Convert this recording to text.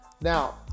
Now